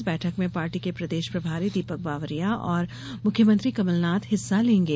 इस बैठक में पार्टी के प्रदेश प्रभारी दीपक बावरिया और मुख्यमंत्री कमलनाथ हिस्सा लेंगे